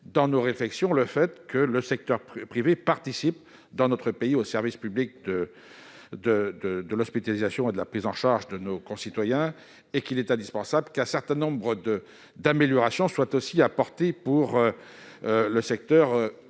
dans nos réflexions le fait que le secteur privé participe, dans notre pays, au service public de l'hospitalisation et de la prise en charge médicale. Il est donc indispensable qu'un certain nombre d'améliorations soient aussi apportées dans le secteur privé.